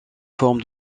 forme